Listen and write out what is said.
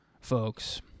folks